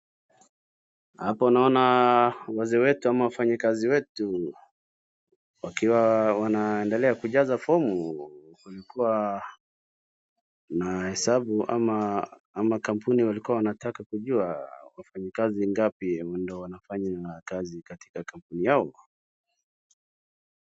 Hapo naona wazee wetu au wafanyikazi wetu wakiwa wanaendelea kujaza fomu, kulikuwa na hesabu ama ama kampuni walikua wanataka kujua wafanyikazi ngapi ndo wanafanya kazi katika kampuni yao.